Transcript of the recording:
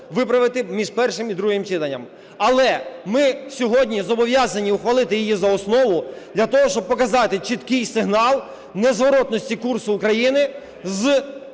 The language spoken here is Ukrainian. виправити між першим і другим читанням. Але ми сьогодні зобов'язані ухвалити її за основу для того, щоб показати чіткий сигнал незворотності курсу України в